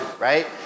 right